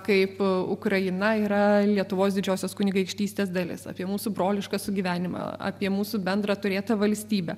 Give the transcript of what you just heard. kaip ukraina yra lietuvos didžiosios kunigaikštystės dalis apie mūsų brolišką sugyvenimą apie mūsų bendrą turėtą valstybę